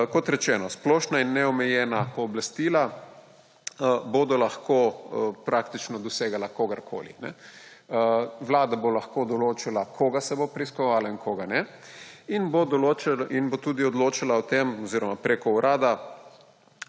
Kot rečeno, splošna in neomejena pooblastila bodo lahko praktično dosegala kogarkoli. Vlada bo lahko določila, koga se bo preiskovalo in koga ne, in bo tudi odločala o tem oziroma preko Urada,